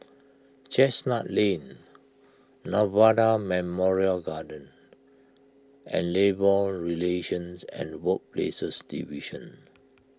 Chestnut Lane Nirvana Memorial Garden and Labour Relations and Workplaces Division